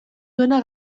duena